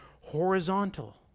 horizontal